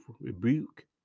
rebuke